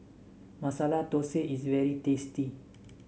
Masala Thosai is very tasty